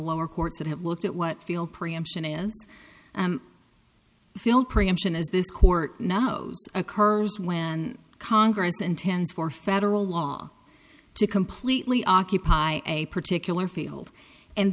lower courts that have looked at what field preemption is filled preemption as this court now occurs when congress intends for federal law to completely occupy a particular field and